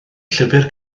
llyfr